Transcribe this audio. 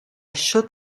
should